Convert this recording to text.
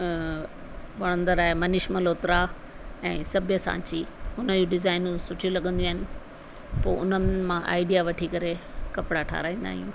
वणंदड़ु आहे मनीष मल्होत्रा ऐं सभ्या सांची हुन जूं डिज़ाइनियूं सुठियूं लॻंदियूं आहिनि पोइ उन्हनि मां आइडिया वठी करे कपिड़ा ठाहिराईंदा आहियूं